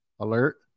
Alert